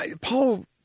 Paul